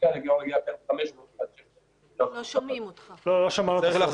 --- לא שמענו.